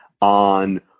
on